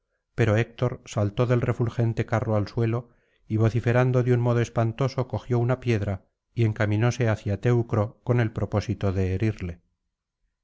desobedeció héctor saltó del refulgente carro al suelo y vociferando de un modo espantoso cogió una piedra y encaminóse hacia teucro con el propósito de herirle